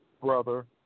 brother